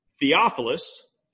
Theophilus